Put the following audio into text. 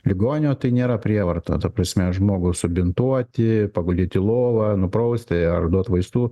ligonio tai nėra prievarta ta prasme žmogų subintuoti paguldyt į lovą nupraust ar duot vaistų